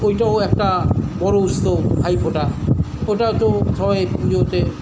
ওইটাও একটা বড়ো উৎসব ভাইফোঁটা ওটা তো সবাই পুজোতে